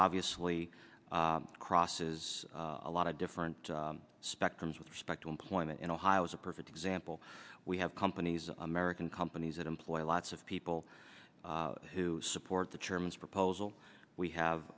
obviously crosses a lot of different spectrums with respect to employment and ohio is a perfect example we have companies american companies that employ lots of people who support the chairman's proposal we have